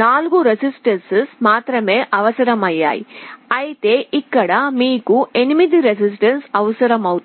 4 రెసిస్టెన్సులు మాత్రమే అవసరమయ్యాయి అయితే ఇక్కడ మీకు 8 రెసిస్టెన్సులు అవసరమవుతాయి